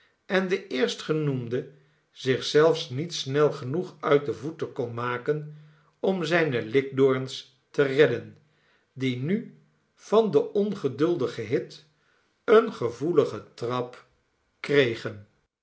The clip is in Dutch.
en de eerstgenoemde zich zelfs niet snel genoeg uit de voeten kon maken om zijne lfkdorens te redden die nu van den ongeduldigen hit een gevoeligen trap kregen